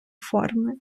форми